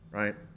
right